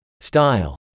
style